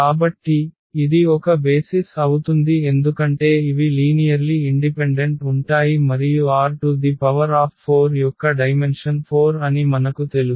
కాబట్టి ఇది ఒక బేసిస్ అవుతుంది ఎందుకంటే ఇవి లీనియర్లి ఇండిపెండెంట్ ఉంటాయి మరియు R4 యొక్క డైమెన్షన్ 4 అని మనకు తెలుసు